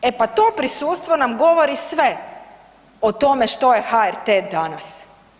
E pa to prisustvo nam govori sve o tome što je HRT danas.